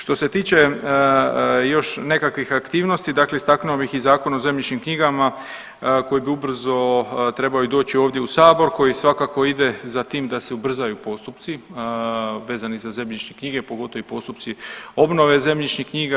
Što se tiče još nekakvih aktivnosti dakle istaknuo bih i Zakon o zemljišnim knjigama koji bi ubrzao trebao doći ovdje u sabor koji svakako ide za tim da se ubrzaju postupci vezani za zemljišne knjige, pogotovo i postupci obnove zemljišnih knjiga.